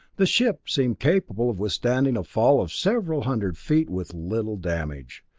the ship seemed capable of withstanding a fall of several hundred feet with little damage.